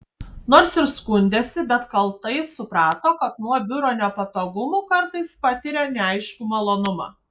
nors ir skundėsi bet kaltai suprato kad nuo biuro nepatogumų kartais patiria neaiškų malonumą